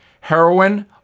Heroin